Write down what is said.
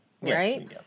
right